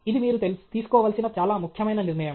ఇది మీరు తీసుకోవలసిన చాలా ముఖ్యమైన నిర్ణయం